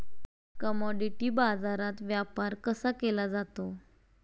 Commodity बाजारात व्यापार कसा केला जातो?